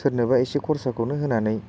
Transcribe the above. सोरनोबा एसे खरसाखौनो होनानै